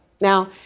Now